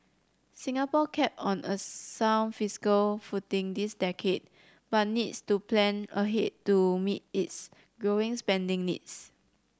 Singapore kept on a sound fiscal footing this decade but needs to plan ahead to meet its growing spending needs